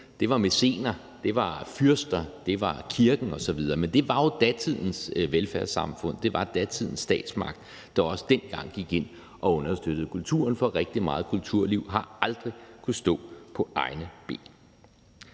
det var mæcener, det var fyrster, det var kirken osv., men det var jo datidens velfærdssamfund, og det var datidens statsmagt, der også dengang gik ind og understøttede kulturen, for rigtig meget kulturliv har aldrig kunnet stå på egne ben.